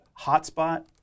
hotspot